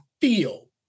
feel